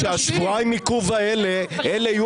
אז שהשבועיים עיכוב האלה אלה יהיו